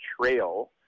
Trail